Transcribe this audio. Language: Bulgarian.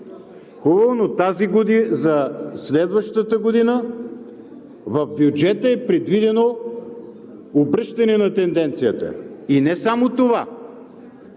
Хубаво, но за следващата година в бюджета е предвидено обръщане на тенденцията, и не само това.